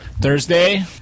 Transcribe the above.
Thursday